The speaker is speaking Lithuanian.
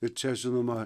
ir čia žinoma